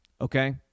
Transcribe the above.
okay